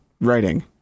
writing